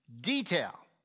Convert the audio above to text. detail